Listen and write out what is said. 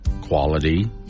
quality